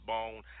Bone